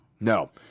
No